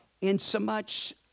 insomuch